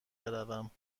بروم